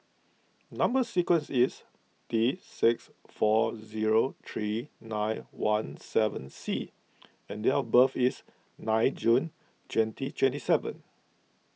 Number Sequence is T six four zero three nine one seven C and date of birth is nine June twenty twenty seven